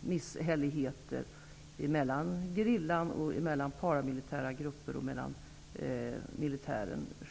misshälligheter mellan gerillan, paramilitära grupper och själva militären.